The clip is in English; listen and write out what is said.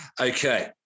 Okay